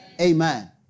Amen